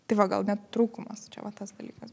tai va gal net trūkumas čia va tas dalykas